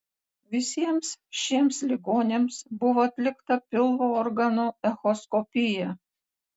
visiems šiems ligoniams buvo atlikta pilvo organų echoskopija